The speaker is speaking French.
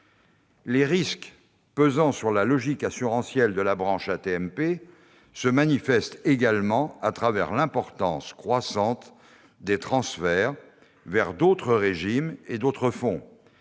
Les risques pesant sur la logique assurantielle de la branche AT-MP se manifestent également à travers l'importance croissante des transferts vers d'autres régimes et fonds,